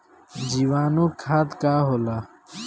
जीवाणु खाद का होला?